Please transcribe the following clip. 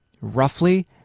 roughly